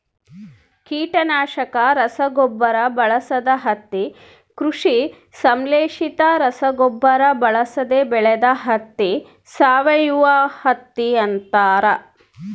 ಕೀಟನಾಶಕ ರಸಗೊಬ್ಬರ ಬಳಸದ ಹತ್ತಿ ಕೃಷಿ ಸಂಶ್ಲೇಷಿತ ರಸಗೊಬ್ಬರ ಬಳಸದೆ ಬೆಳೆದ ಹತ್ತಿ ಸಾವಯವಹತ್ತಿ ಅಂತಾರ